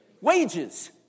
Wages